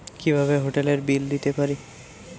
কিভাবে হোটেলের বিল দিতে পারি?